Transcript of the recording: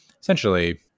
essentially